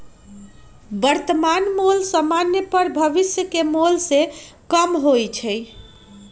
वर्तमान मोल समान्य पर भविष्य के मोल से कम होइ छइ